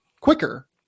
quicker